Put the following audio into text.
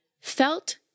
felt